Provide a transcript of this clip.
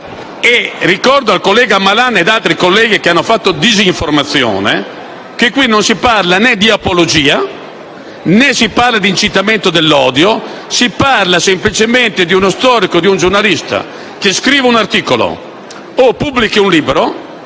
Ricordo al collega Malan e agli altri colleghi che hanno fatto disinformazione che qui non si parla di apologia né di incitamento dell'odio, si parla semplicemente di uno storico o di un giornalista che scriva un articolo o pubblichi un libro